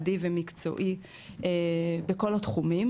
אדיב ומקצועי בכל התחומים,